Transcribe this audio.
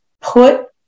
put